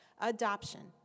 Adoption